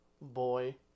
boy